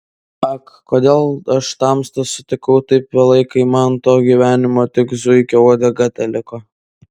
ak kodėl aš tamstą sutikau taip vėlai kai man to gyvenimo tik zuikio uodega teliko